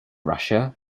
russia